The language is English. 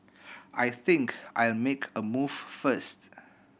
I think I'll make a move first